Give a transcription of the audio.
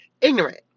Ignorant